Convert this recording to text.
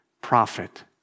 prophet